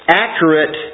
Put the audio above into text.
accurate